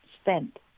spent